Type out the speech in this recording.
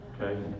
okay